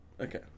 Okay